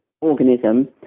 organism